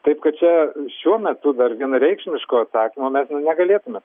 taip kad čia šiuo metu dar vienareikšmiško atsakymo mes nu negalėtume